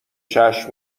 چشم